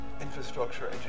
infrastructure